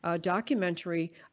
documentary